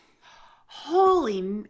holy